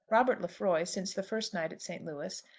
robert lefroy, since the first night at st. louis,